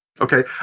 Okay